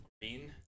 green